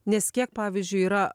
nes kiek pavyzdžiui yra